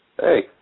Hey